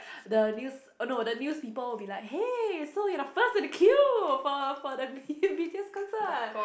the news no the news people will be like hey so you're first in the queue for for for the B BTS concert